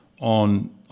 on